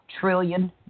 trillion